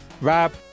Rab